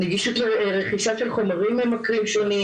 נגישות לרכישה של חומרים ממכרים שונים